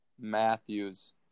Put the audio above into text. Matthews